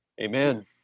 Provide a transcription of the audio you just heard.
Amen